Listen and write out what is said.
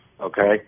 okay